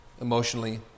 emotionally